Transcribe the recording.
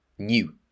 new